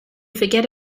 forget